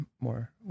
more